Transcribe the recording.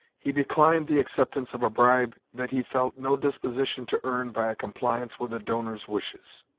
he declined the acceptance of a bribe that he felt no disposition to earn by a compliance with the donor's wishes.